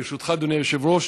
ברשותך, אדוני היושב-ראש,